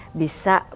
bisa